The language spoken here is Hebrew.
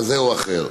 כזה או אחר.